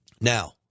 Now